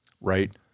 right